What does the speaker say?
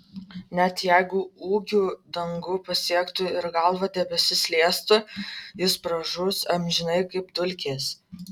net jeigu ūgiu dangų pasiektų ir galva debesis liestų jis pražus amžinai kaip dulkės